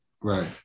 right